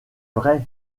vrai